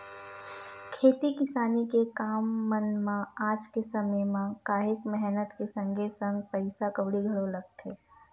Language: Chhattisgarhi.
खेती किसानी के काम मन म आज के समे म काहेक मेहनत के संगे संग पइसा कउड़ी घलो लगथे